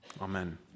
Amen